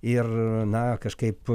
ir na kažkaip